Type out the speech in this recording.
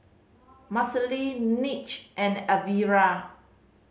Marcelle Mitch and Elvira